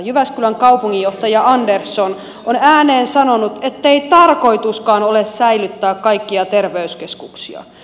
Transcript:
jyväskylän kaupunginjohtaja andersson on ääneen sanonut ettei tarkoituskaan ole säilyttää kaikkia terveyskeskuksia